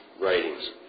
writings